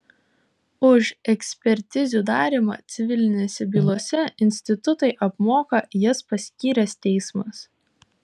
už ekspertizių darymą civilinėse bylose institutui apmoka jas paskyręs teismas